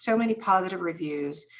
so many positive reviews,